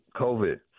COVID